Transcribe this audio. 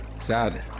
Sad